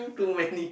too many